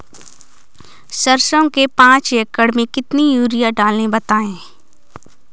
सरसो के पाँच एकड़ में कितनी यूरिया डालें बताएं?